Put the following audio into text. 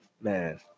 Man